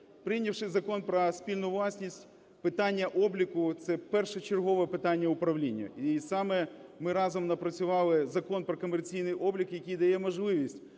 Прийнявши Закон про спільну власність , питання обліку - це першочергове питання управління. І саме ми разом напрацювали Закон про комерційний облік, який дає можливість